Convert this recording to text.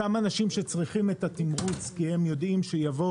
אותם אנשים שצריכים את התמרוץ כי הם יודעים שיבוא